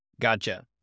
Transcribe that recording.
Gotcha